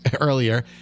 earlier